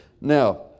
now